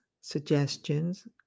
suggestions